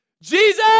Jesus